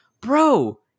bro